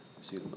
see